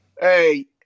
Hey